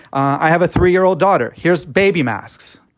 i have a three year old daughter. here's baby masks.